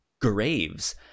graves